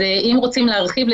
אז אם רוצים להרחיב,